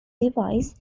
device